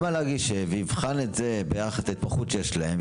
אפשר להגיד שנבחן את זה ביחס להתמחות שיש להם,